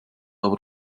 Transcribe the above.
aber